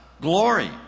glory